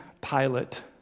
Pilate